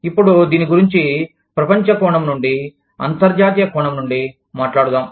ఇప్పుడు దీని గురించి ప్రపంచ కోణం నుండి అంతర్జాతీయ కోణం నుండి మాట్లాడుదాం